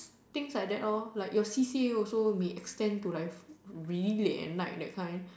things like that lor like your C_C_A also may extend to really late at night that kind